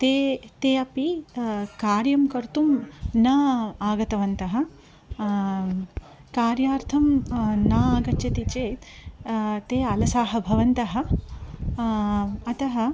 ते ते अपि कार्यं कर्तुं न आगतवन्तः कार्यार्थं न आगच्छति चेत् ते आलसाः भवन्तः अतः